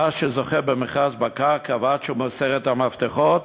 מאז שזכה במכרז בקרקע ועד שהוא מוסר את המפתחות